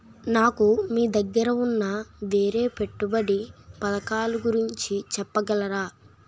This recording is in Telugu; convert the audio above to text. నాకు మీ దగ్గర ఉన్న వేరే పెట్టుబడి పథకాలుగురించి చెప్పగలరా?